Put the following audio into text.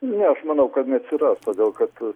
ne aš manau kad neatsiras todėl kad